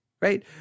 right